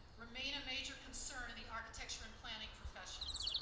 remain a major concern in the architecture and planning professions,